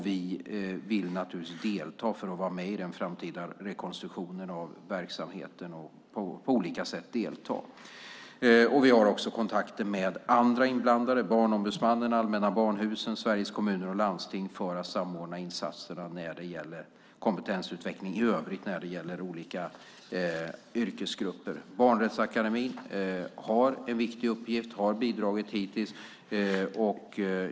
Vi vill naturligtvis delta för att vara med i den framtida rekonstruktionen av verksamheten. Vi vill på olika sätt delta. Vi har också kontakter med andra inblandade, Barnombudsmannen, Allmänna Barnhuset och Sveriges Kommuner och Landsting, för att samordna insatserna i fråga om kompetensutveckling i övrigt när det gäller olika yrkesgrupper. Barnrättsakademin har en viktig uppgift och har bidragit hittills.